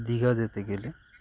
দীঘা যেতে গেলে